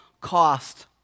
cost